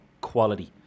quality